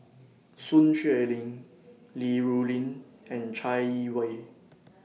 Sun Xueling Li Rulin and Chai Yee Wei